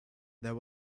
there